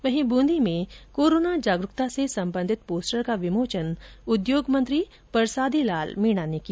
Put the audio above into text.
वहीं बूंदी में कोरोना जागरुकता से सम्बन्धित पोस्टर का विमोचन उद्योग मंत्री परसादी लाल मीणा ने किया